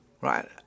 right